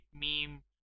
meme